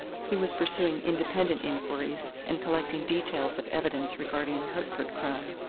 he was pursuing independent inquiries and collecting details of evidence regarding the hertford crime.